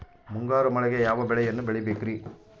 ಮುಂಗಾರು ಮಳೆಗೆ ಯಾವ ಬೆಳೆಯನ್ನು ಬೆಳಿಬೇಕ್ರಿ?